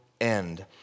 end